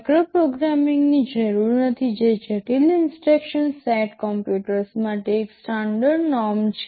માઇક્રોપ્રોગ્રામિંગની જરૂર નથી જે જટિલ ઇન્સટ્રક્શન સેટ કમ્પ્યુટર્સ માટે એક સ્ટાન્ડર્ડ નૉર્મ છે